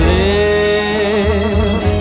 live